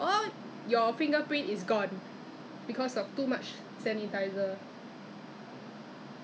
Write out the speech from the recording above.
我不懂他有没有跟我说 yes or no but then 他应该是大概他就讲说 no 他有 explain